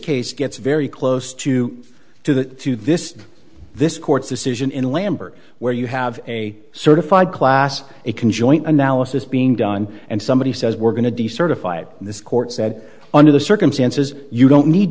case gets very close to to the to this this court's decision in lambert where you have a certified class a can joint analysis being done and somebody says we're going to decertify this court said under the circumstances you don't need